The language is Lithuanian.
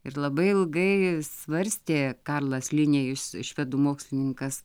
ir labai ilgai svarstė karlas linėjus švedų mokslininkas